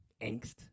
angst